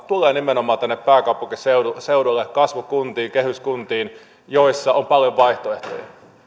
tulee nimenomaan tänne pääkaupunkiseudulle kasvukuntiin kehyskuntiin joissa on paljon vaihtoehtoja ja vielä